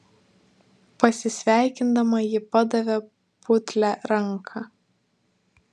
pasisveikindama ji padavė putlią ranką